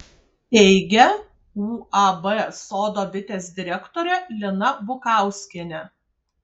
teigia uab sodo bitės direktorė lina bukauskienė